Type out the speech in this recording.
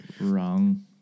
wrong